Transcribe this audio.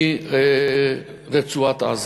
מרצועת-עזה.